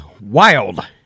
wild